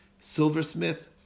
silversmith